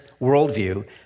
worldview